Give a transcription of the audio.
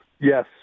Yes